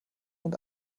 und